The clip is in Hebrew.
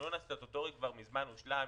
התכנון הסטטוטורי כבר מזמן הושלם,